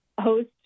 host